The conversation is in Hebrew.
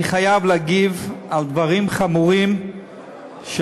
אני חייב להגיב על דברים חמורים של